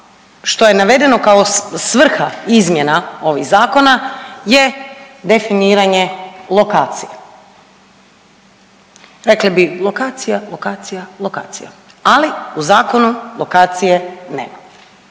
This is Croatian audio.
što je navedeno kao svrha izmjena ovih zakona jer definiranje lokacije. Rekli bi lokacija, lokacija, lokacija, ali u zakonu lokacije nema.